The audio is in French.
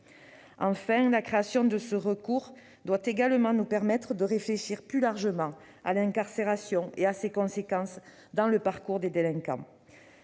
Enfin, la création de ce recours nous donne l'occasion de réfléchir plus largement à l'incarcération et à ses conséquences dans le parcours des délinquants.